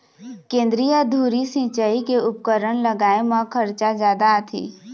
केंद्रीय धुरी सिंचई के उपकरन लगाए म खरचा जादा आथे